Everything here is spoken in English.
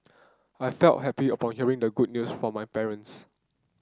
I felt happy upon hearing the good news from my parents